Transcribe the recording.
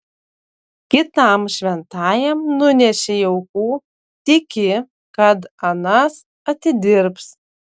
kitam šventajam nunešei aukų tiki kad anas atidirbs